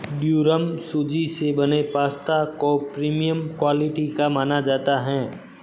durum सूजी से बने पास्ता को प्रीमियम क्वालिटी का माना जाता है